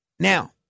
Now